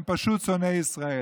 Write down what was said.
הם פשוט שונאי ישראל.